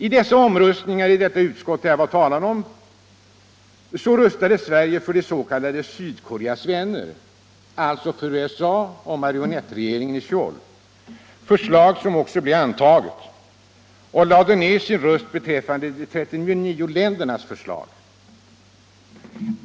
I omröstningarna i detta utskott som jag talade om röstade Sverige för förslaget från ”Sydkoreas vänner”, alltså USA och marionettregeringen i Söul — ett förslag som också blev antaget — och lade ned sin röst beträffande de 39 ländernas förslag.